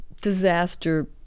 disaster